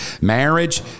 Marriage